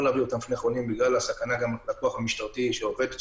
להביא אותם לחולים גם בגלל הסכנה לכוח המשטרתי שעובד שם,